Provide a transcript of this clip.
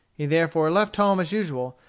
he therefore left home as usual,